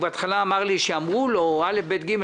בהתחלה הוא אמר לי שאמרו לו א', ב', ג'.